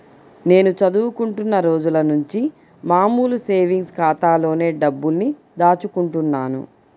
నేను చదువుకుంటున్న రోజులనుంచి మామూలు సేవింగ్స్ ఖాతాలోనే డబ్బుల్ని దాచుకుంటున్నాను